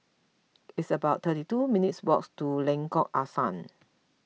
it's about thirty two minutes' walks to Lengkok Angsa